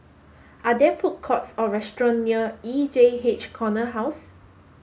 are there food courts or restaurants near E J H Corner House